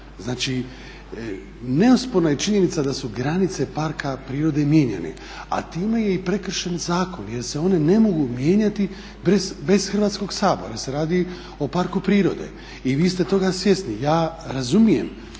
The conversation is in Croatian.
Znači neosporna je činjenica da su granice parka prirode mijenjane, a time je i prekršen zakon jer se one ne mogu mijenjati bez Hrvatskog sabora jer se radi o parku prirode. I vi ste toga svjesni. Ja razumijem